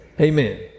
Amen